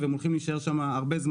והם הולכים להישאר שם זמן רב.